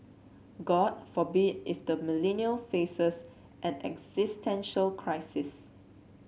god forbid if the Millennial faces an existential crisis